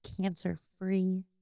cancer-free